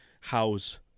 house